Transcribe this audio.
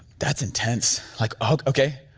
that's intense. like, okay,